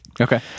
Okay